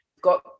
got